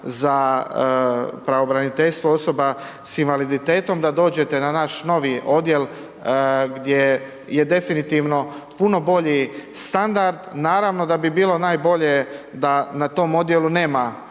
za pravobraniteljstvo osoba s invaliditetom da dođete na naš novi odjel gdje je definitivno puno bolji standard. Naravno, da bi bilo najbolje da na tom odjelu nema